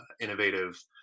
innovative